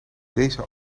deze